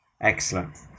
Excellent